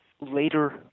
Later